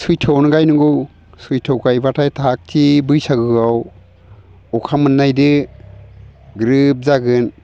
सैथ'यावनो गायनांगौ सैथ'याव गायबाथाय थाग थि बैसागोआव अखा मोननायजों ग्रोब जागोन